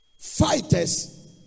Fighters